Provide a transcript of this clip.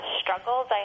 struggles